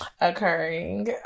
occurring